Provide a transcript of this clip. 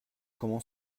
comment